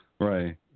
Right